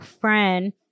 friend